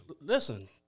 Listen